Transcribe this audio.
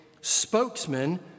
spokesman